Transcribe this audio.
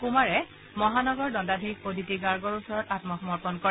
কুমাৰে মহানগৰ দণ্ডাধীশ অদিতি গাৰ্গৰ ওচৰত আন্মসমৰ্পণ কৰে